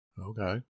Okay